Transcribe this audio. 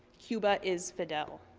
cuba is fidel.